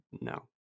no